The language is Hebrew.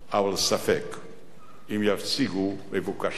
אבל ספק אם ישיגו מבוקשם